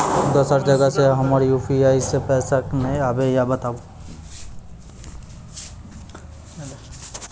दोसर जगह से हमर यु.पी.आई पे पैसा नैय आबे या बताबू?